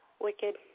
wicked